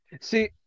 See